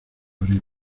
abrir